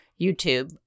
YouTube